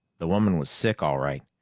the woman was sick, all right.